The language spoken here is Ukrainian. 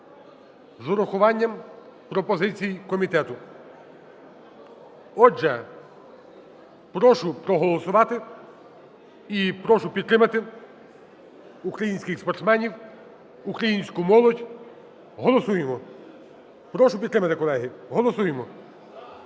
з урахуванням пропозицій комітету. Отже прошу проголосувати і прошу підтримати українських спортсменів, українську молодь. Голосуємо. Прошу підтримати, колеги, голосуємо.